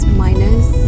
minus